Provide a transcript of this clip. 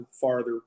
farther